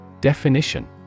Definition